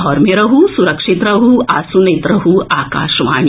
घर मे रहू सुरक्षित रहू आ सुनैत रहू आकाशवाणी